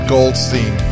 Goldstein